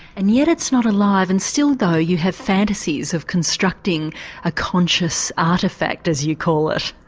and yet it's not alive, and still though you have fantasies of constructing a conscious artefact as you call it.